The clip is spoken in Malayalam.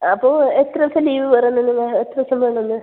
അപ്പോൾ എത്ര ദിവസം ലീവ് പറഞ്ഞ് നിങ്ങൾ എത്ര ദിവസം വേണമെന്ന്